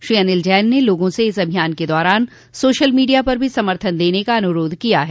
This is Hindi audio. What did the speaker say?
श्री अनिल जैन ने लोगों से इस अभियान के दौरान सोशल मीडिया पर भी समर्थन देने का अनुरोध किया है